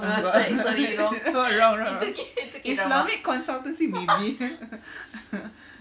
wrong wrong islamic consultancy maybe